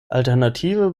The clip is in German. alternative